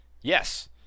yes